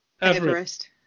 Everest